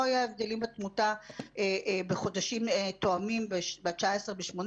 היו הבדלים בתמותה בחודשים תואמים ב-2019 וב-2018.